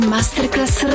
Masterclass